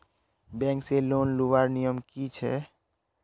Bank से loan लुबार नियम की छे?